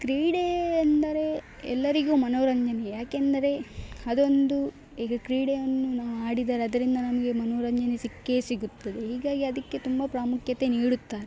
ಕ್ರೀಡೆ ಎಂದರೆ ಎಲ್ಲರಿಗೂ ಮನೋರಂಜನೆಯೇ ಏಕೆಂದರೆ ಅದೊಂದು ಈಗ ಕ್ರೀಡೆಯನ್ನು ನಾವು ಆಡಿದರೆ ಅದರಿಂದ ನಮಗೆ ಮನೋರಂಜನೆ ಸಿಕ್ಕೇ ಸಿಗುತ್ತದೆ ಹೀಗಾಗಿ ಅದಕ್ಕೆ ತುಂಬ ಪ್ರಾಮುಖ್ಯತೆ ನೀಡುತ್ತಾರೆ